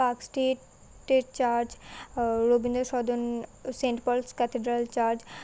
park স্ট্রিটের church Rabindra Sadan Saint Paul's cathedral church